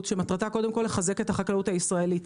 שמטרתה קודם כל לחזק את החקלאות הישראלית,